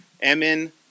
Emin